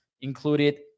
included